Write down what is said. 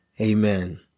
Amen